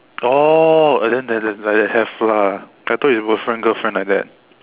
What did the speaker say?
oh then like that that have lah I thought is boyfriend girlfriend like that